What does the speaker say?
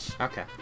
Okay